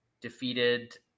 defeated